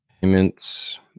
Payments